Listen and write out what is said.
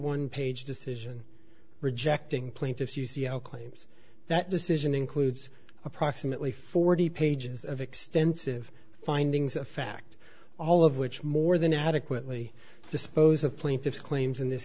one page decision rejecting plaintiff's u c l claims that decision includes approximately forty pages of extensive findings of fact all of which more than adequately dispose of plaintiff's claims in this